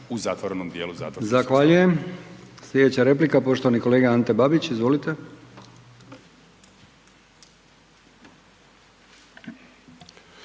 u zatvorenom dijelu zatvorskog